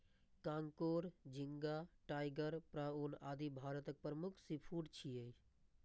कांकोर, झींगा, tiger prawn, आदि भारतक प्रमुख सीफूड छियै